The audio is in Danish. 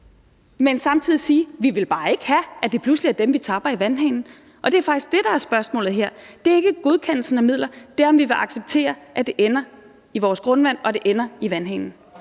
men samtidig sige, at vi bare ikke vil have, at det pludselig er dem, vi tapper i vandhanen. Og det er faktisk det, der er spørgsmålet her; det er ikke godkendelsen af midler, men det er, om vi vil acceptere, at det ender i vores grundvand, og at det